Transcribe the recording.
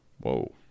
Whoa